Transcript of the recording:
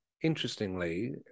interestingly